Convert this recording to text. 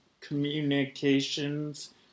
communications